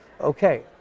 okay